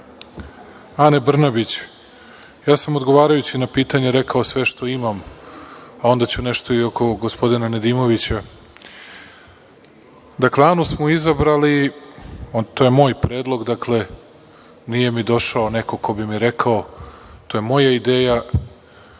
Ane Brnabić, ja sam odgovarajući na pitanja rekao sve što imam, a onda ću nešto i oko ovog gospodina Nedimovića. Dakle, Anu smo izabrali, to je moj predlog, dakle, nije mi došao neko ko bi mi rekao, to je moja ideja